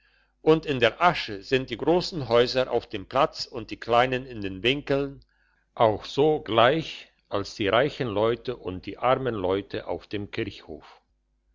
und in der asche sind die grossen häuser auf dem platz und die kleinen in den winkeln auch so gleich als die reichen leute und die armen leute auf dem kirchhof